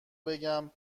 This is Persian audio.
بگم